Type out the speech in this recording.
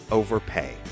overpay